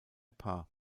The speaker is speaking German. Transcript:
paar